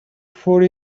fall